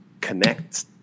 connect